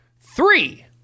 Three